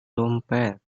dompet